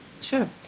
Sure